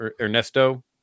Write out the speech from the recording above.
Ernesto